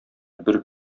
бер